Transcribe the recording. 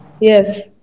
Yes